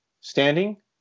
standing